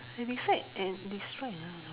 and describe ah